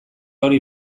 hori